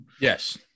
Yes